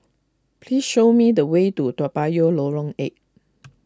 please show me the way to Toa Payoh Lorong eight